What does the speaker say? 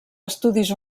estudis